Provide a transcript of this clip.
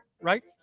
Right